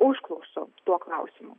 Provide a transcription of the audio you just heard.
užklausų tuo klausimu